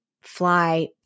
fly